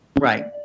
Right